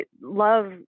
love